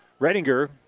Redinger